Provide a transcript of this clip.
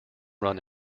run